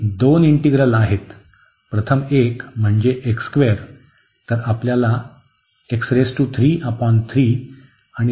तर हे दोन इंटीग्रल आहेत प्रथम एक म्हणजे